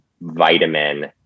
vitamin